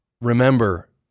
remember